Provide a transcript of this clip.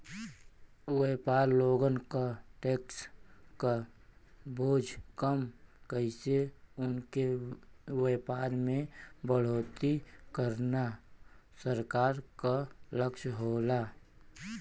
व्यापारी लोगन क टैक्स क बोझ कम कइके उनके व्यापार में बढ़ोतरी करना सरकार क लक्ष्य होला